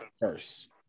first